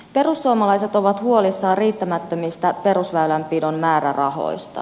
perussuomalaiset ovat huolissaan riittämättömistä perusväylänpidon määrärahoista